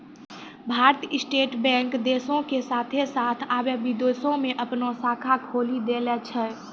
भारतीय state bank देशो के साथे साथ अबै विदेशो मे अपनो शाखा खोलि देले छै